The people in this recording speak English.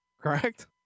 correct